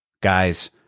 Guys